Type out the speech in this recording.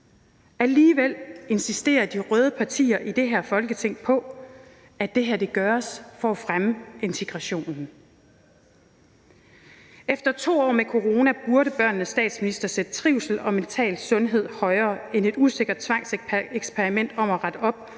Alligevel insisterer de røde partier i det her Folketing på, at det her gøres for at fremme integrationen. Efter 2 år med corona burde børnenes statsminister sætte trivsel og mental sundhed højere end et usikkert tvangseksperiment om at rette op